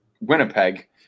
Winnipeg